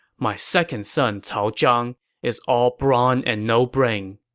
my second son cao zhang is all brawn and no brain.